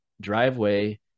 driveway